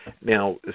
Now